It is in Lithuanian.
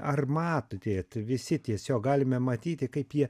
ar matėt visi tiesiog galime matyti kaip jie